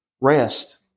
Rest